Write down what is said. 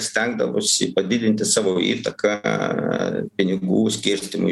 stengdavosi padidinti savo įtaką pinigų skirstymui